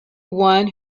one